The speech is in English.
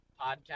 podcast